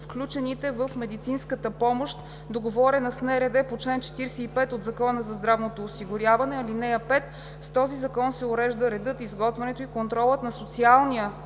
включените в медицинската помощ, договорена с НРД по чл. 45 от Закона за здравното осигуряване. (5) С този закон се урежда редът, изготвянето и контролът на Социалния